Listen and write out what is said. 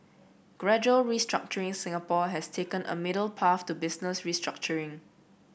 gradual restructuring Singapore has taken a middle path to business restructuring